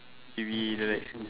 maybe like that